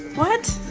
what?